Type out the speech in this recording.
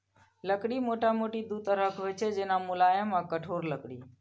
लकड़ी मोटामोटी दू तरहक होइ छै, जेना, मुलायम आ कठोर लकड़ी